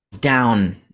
down